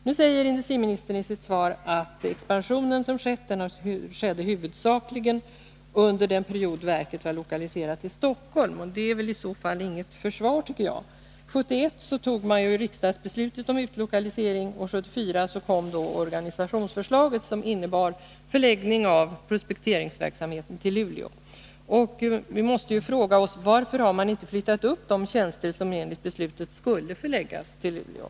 Nu säger industriministern i sitt svar att den expansion som skett i huvudsak skedde under den tid verket var lokaliserat till Stockholm. Det är i så fall inget försvar, tycker jag. 1971 tog man riksdagsbeslutet om utlokalisering, och 1974 kom organisationsförslaget som innebar förläggning av prospekteringsverksamheten till Luleå. Vi måste fråga oss: Varför har maniinte flyttat upp de tjänster som enligt beslutet skulle förläggas till Luleå?